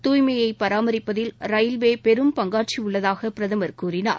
தூய்மையை பராமரிப்பபதில் ரயில்வே பெரும் பங்காற்றி உள்ளதாக பிரதமர் கூறினார்